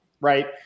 Right